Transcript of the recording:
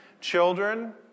children